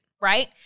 right